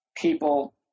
People